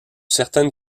certaines